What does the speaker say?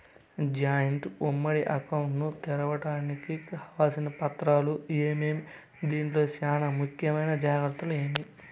Joint ఉమ్మడి account ను తెరవడానికి కావాల్సిన పత్రాలు ఏమేమి? దీంట్లో చానా ముఖ్యమైన జాగ్రత్తలు ఏమి?